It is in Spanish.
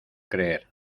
creer